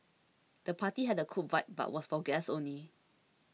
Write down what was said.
the party had a cool vibe but was for guests only